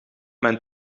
mijn